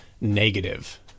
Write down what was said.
negative